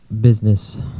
business